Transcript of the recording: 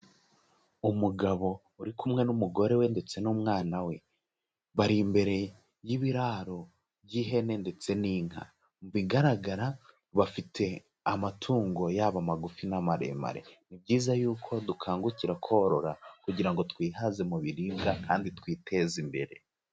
Umugabo uri kumwe n'umugore we ndetse n'umwana we, bari imbere y'ibiraro by'ihene ndetse n'inka, mu bigaragara bafite amatungo yabo magufi na maremare, ni byiza y'uko dukangukira korora kugira ngo twihaze mu biribwa kandi twiteze imbere.